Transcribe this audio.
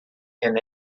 and